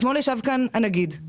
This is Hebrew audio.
אתמול ישב כאן הנגיד,